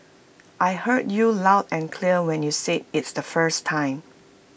I heard you loud and clear when you said it's the first time